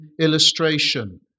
illustration